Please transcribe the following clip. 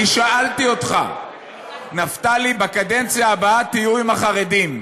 שאלתי אותך: נפתלי, בקדנציה הבאה תהיו עם החרדים,